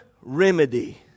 remedy